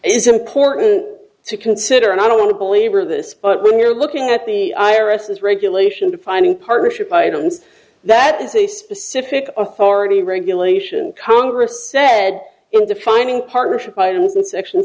is important to consider and i don't want to believe this but when you're looking at the irises regulation defining partnership items that is a specific authority regulation congress said in defining partnership items in section